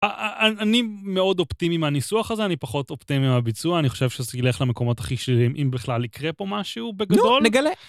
אני מאוד אופטימי מהניסוח הזה, אני פחות אופטימי מהביצוע, אני חושב שזה ילך למקומות הכי שליליים, אם בכלל יקרה פה משהו בגדול.